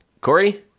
Corey